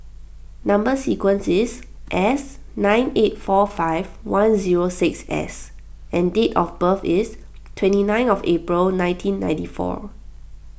Number Sequence is S nine eight four five one zero six S and date of birth is twenty nine of April nineteen ninety four